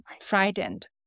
frightened